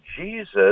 Jesus